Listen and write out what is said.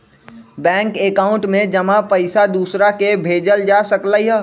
bank account में जमा पईसा दूसरा के भेजल जा सकलई ह